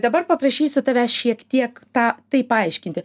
dabar paprašysiu tavęs šiek tiek tą tai paaiškinti